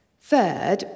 Third